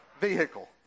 vehicle